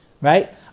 right